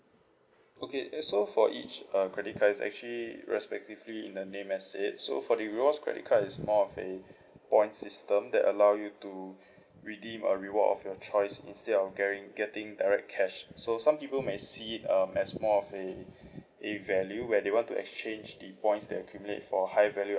okay uh so for each uh credit card is actually respectively in the name as said so for the rewards credit card is more of a point system that allow you to redeem a reward of your choice instead of getting getting direct cash so some people may see it um as more of a a value where they want to exchange the points that accumulate for higher value